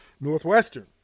Northwestern